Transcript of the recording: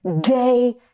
day